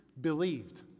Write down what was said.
believed